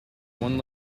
one